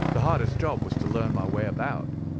the hardest job was to learn my way about,